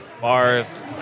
bars